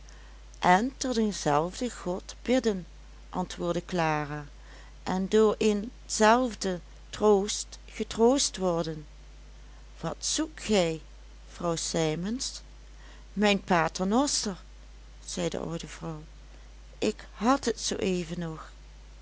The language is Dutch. en tot een zelfden god bidden antwoordde clara en door een zelfden troost getroost worden wat zoekt gij vrouw sijmens mijn paternoster zei de oude vrouw ik had het zoo even nog